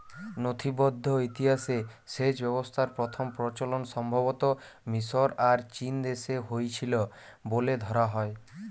নথিবদ্ধ ইতিহাসে সেচ ব্যবস্থার প্রথম প্রচলন সম্ভবতঃ মিশর আর চীনদেশে হইছিল বলে ধরা হয়